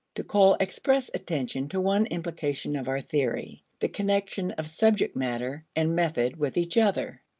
to call express attention to one implication of our theory the connection of subject matter and method with each other.